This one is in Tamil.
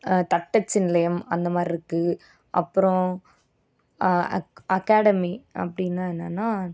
தட்டச்சு நிலையம் அந்தமாதிரி இருக்குது அப்புறம் அக் அக்காடமி அப்படின்னா என்னென்னா